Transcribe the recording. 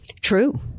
True